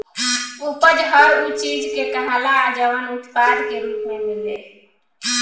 उपज हर उ चीज के कहाला जवन उत्पाद के रूप मे मिले